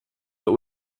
but